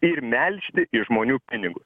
ir melžti iš žmonių pinigus